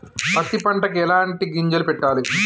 పత్తి పంటకి ఎలాంటి గింజలు పెట్టాలి?